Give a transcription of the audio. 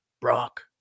Brock